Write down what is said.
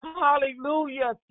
Hallelujah